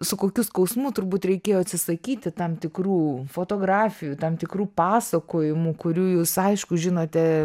su kokiu skausmu turbūt reikėjo atsisakyti tam tikrų fotografijų tam tikrų pasakojimų kurių jūs aišku žinote